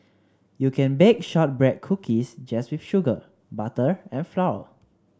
you can bake shortbread cookies just with sugar butter and flour